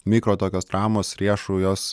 mikro tokios traumos riešų jos